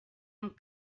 amb